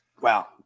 Wow